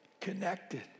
connected